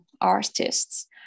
artists